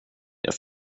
jag